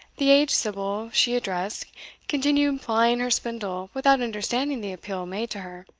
the aged sibyl she addressed continued plying her spindle without understanding the appeal made to her.